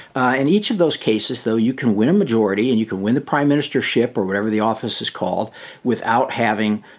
in each of those cases, though, you can win a majority and you can win the prime ministership or whatever the office is called without having